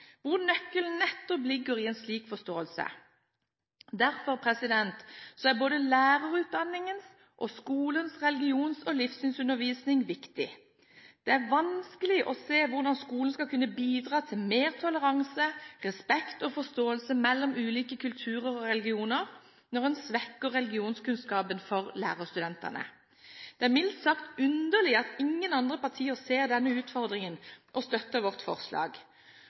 hvor nøkkelen nettopp ligger i en slik forståelse. Derfor er både lærerutdanningens og skolens religions- og livssynsundervisning viktig. Det er vanskelig å se hvordan skolen skal kunne bidra til mer toleranse, respekt og forståelse mellom ulike kulturer og religioner når en svekker religionskunnskapen for lærerstudentene. Det er mildt sagt underlig at ingen andre partier ser denne utfordringen og støtter vårt forslag.